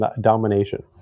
domination